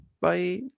bye